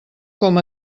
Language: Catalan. com